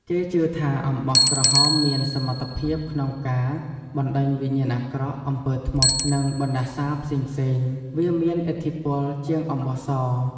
គេជឿថាអំបោះក្រហមមានសមត្ថភាពក្នុងការ បណ្ដេញវិញ្ញាណអាក្រក់ អំពើធ្មប់ និងបណ្ដាសាផ្សេងៗ វាមានឥទ្ធិពលជាងអំបោះស។